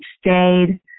stayed